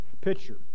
pitcher